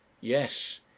Yes